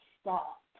stop